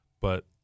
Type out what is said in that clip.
But-